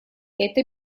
это